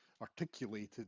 articulated